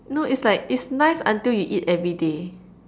no is like it's nice until you eat everyday